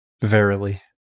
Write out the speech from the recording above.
Verily